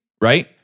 Right